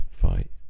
fight